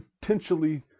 potentially